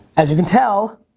as you can tell,